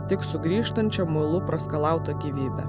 tik sugrįžtančią muilu praskalautą gyvybę